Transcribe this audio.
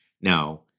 now